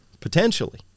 Potentially